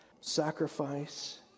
sacrifice